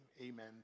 amen